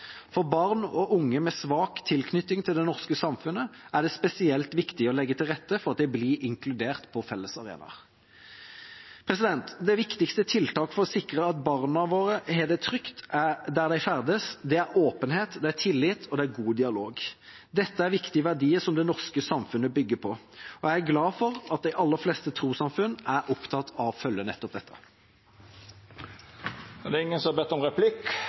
For barn og unge med svak tilknytning til det norske samfunnet er det spesielt viktig å legge til rette for at de blir inkludert på felles arenaer. Det viktigste tiltaket for å sikre at barna våre har det trygt der de ferdes, er åpenhet, tillit og god dialog. Dette er viktige verdier som det norske samfunnet bygger på, og jeg er glad for at de aller fleste trossamfunn er opptatt av å følge nettopp dette. Fleire har ikkje bedt om ordet til sak nr. 4. Sakene nr. 5–13 vil verta behandla under eitt. Ingen har bedt om